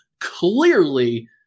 clearly